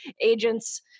agents